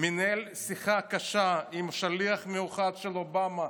מנהל שיחה קשה עם שליח מיוחד של אובמה,